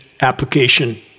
application